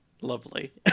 Lovely